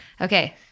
Okay